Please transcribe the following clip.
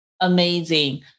Amazing